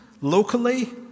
locally